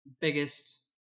biggest